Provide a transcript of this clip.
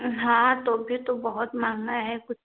हाँ तो भी तो बहुत मांगना है कुछ